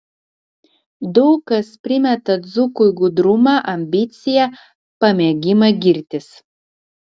daug kas primeta dzūkui gudrumą ambiciją pamėgimą girtis